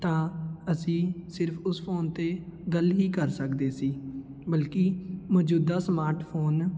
ਤਾਂ ਅਸੀਂ ਸਿਰਫ਼ ਉਸ ਫੋਨ 'ਤੇ ਗੱਲ ਹੀ ਕਰ ਸਕਦੇ ਸੀ ਬਲਕਿ ਮੌਜੂਦਾ ਸਮਾਰਟ ਫੋਨ